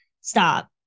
Stop